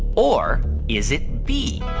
or is it b,